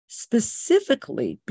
specifically